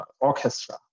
Orchestra